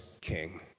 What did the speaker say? King